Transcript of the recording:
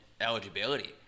eligibility